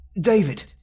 David